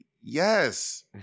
yes